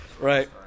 Right